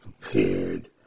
prepared